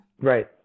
Right